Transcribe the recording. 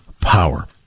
power